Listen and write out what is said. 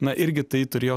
na irgi tai turėjo